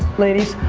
ladies,